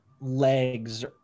legs